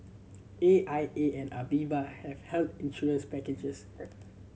A I A and Aviva have health insurance packages